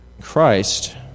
Christ